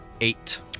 Eight